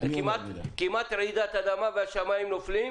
זה אומר שכמעט רעידת אדמה והשמיים נופלים,